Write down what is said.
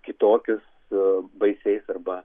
kitokius baisiais arba